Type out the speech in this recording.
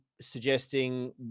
Suggesting